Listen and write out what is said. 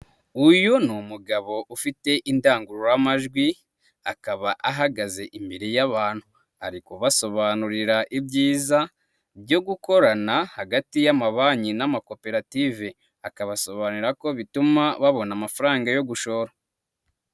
Uyu ni umugabo ufite indangururamajwi akaba ahagaze imbere y'abantu, ari kubasobanurira ibyiza byo gukorana hagati y'amabanki n'amakoperative, akabasobanurira ko bituma babona amafaranga yo gushora.